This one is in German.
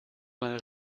mal